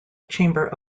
chamber